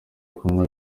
kunywa